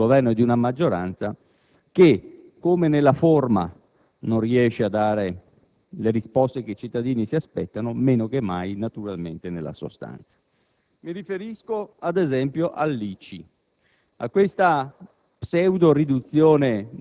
sociale, economica e fiscale di un Governo e di una maggioranza che nella forma non riescono a dare le risposte che i cittadini si aspettano, meno che mai nella sostanza. Mi riferisco, ad esempio, all'ICI;